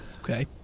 Okay